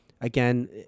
again